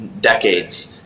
decades